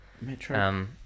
Metro